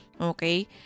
okay